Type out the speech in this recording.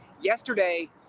Yesterday